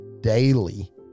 daily